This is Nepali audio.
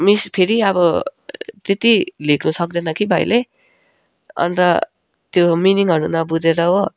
मिस फेरि अब त्यति लेख्नु सक्दैन कि भाइले अन्त त्यो मिनिङहरू नबुझेर हो